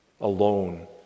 alone